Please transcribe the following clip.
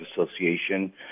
Association